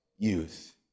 Youth